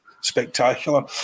spectacular